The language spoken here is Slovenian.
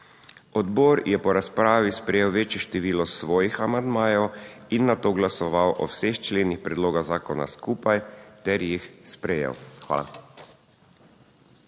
Odbor je po razpravi sprejel večje število svojih amandmajev in nato glasoval o vseh členih predloga zakona skupaj ter jih sprejel. Hvala.